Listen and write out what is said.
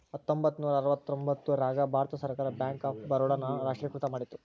ಹತ್ತೊಂಬತ್ತ ನೂರ ಅರವತ್ತರ್ತೊಂಬತ್ತ್ ರಾಗ ಭಾರತ ಸರ್ಕಾರ ಬ್ಯಾಂಕ್ ಆಫ್ ಬರೋಡ ನ ರಾಷ್ಟ್ರೀಕೃತ ಮಾಡಿತು